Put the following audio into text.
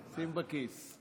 שים בכיס.